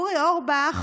אורי אורבך